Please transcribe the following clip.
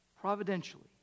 providentially